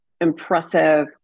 impressive